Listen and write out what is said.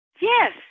Yes